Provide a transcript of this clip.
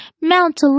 Mount